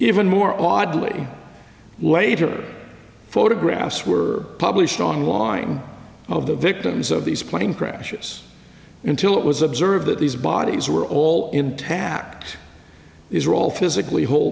even more audley later photographs were published online of the victims of these plane crashes until it was observed that these bodies were all intact these are all physically whole